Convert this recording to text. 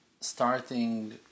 starting